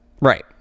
right